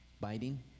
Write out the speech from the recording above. biting